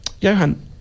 Johan